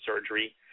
surgery